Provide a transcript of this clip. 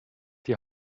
die